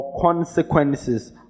consequences